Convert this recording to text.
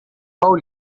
qual